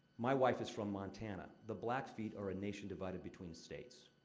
my wife is from montana. the blackfeet are a nation divided between states.